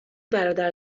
برادر